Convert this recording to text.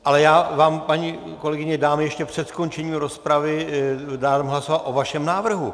Ale já, paní kolegyně, ještě před skončením rozpravy dám hlasovat o vašem návrhu.